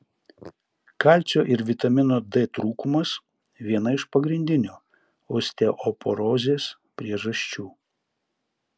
kalcio ir vitamino d trūkumas viena iš pagrindinių osteoporozės priežasčių